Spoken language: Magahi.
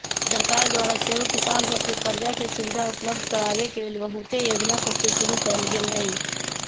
सरकार द्वारा सेहो किसान सभके करजा के सुभिधा उपलब्ध कराबे के लेल बहुते जोजना सभके शुरु कएल गेल हइ